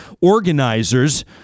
organizers